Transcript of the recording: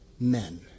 men